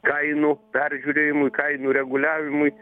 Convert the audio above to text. kainų peržiūrėjimui kainų reguliavimui